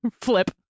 Flip